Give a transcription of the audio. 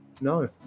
no